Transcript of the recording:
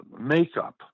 makeup